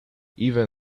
even